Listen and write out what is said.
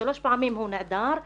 שלוש פעמים הוא נעדר,